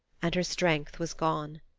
and her strength was gone.